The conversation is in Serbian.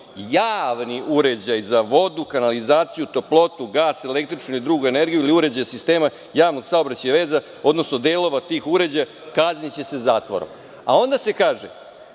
javni uređaj za vodu, kanalizaciju, toplotu, gas, električnu energiju ili uređaj sistema javnog saobraćaja i veza, odnosno delova tih uređaja, kazniće se zatvorom. Onda se kaže